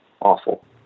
awful